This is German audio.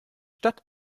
stadt